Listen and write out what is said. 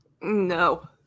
no